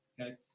Okay